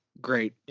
Great